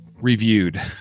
reviewed